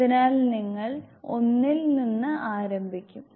അതിനാൽ നിങ്ങൾ ഒന്നിൽ നിന്ന് ആരംഭിക്കും